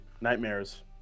nightmares